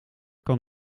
kan